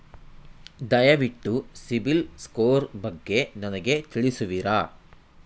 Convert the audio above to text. ದಯವಿಟ್ಟು CIBIL score ಬಗ್ಗೆ ನನಗೆ ತಿಳಿಸುವಿರಾ?